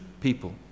people